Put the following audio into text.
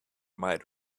might